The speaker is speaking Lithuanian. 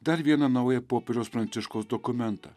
dar vieną naują popiežiaus pranciškaus dokumentą